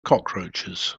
cockroaches